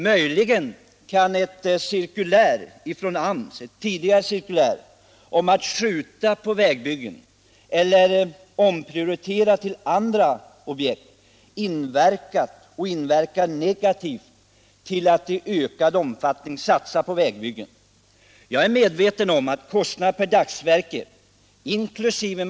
Möjligen kan ett tidigare cirkulär från AMS om att skjuta på vägbyggen eller omprioritera till andra objekt ha inverkat och fortfarande inverka negativt på en ökad satsning på vägbyggen. Jag är medveten om att kostnaderna per dagsverke inkl.